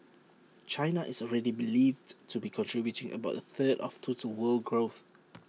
China is already believed to be contributing about A third of total world growth